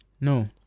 No